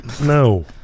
No